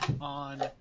on